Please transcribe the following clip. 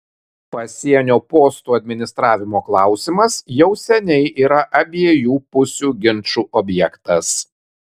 pasienio postų administravimo klausimas jau seniai yra abiejų pusių ginčų objektas